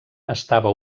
estava